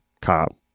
cop